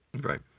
right